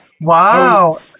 Wow